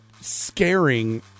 scaring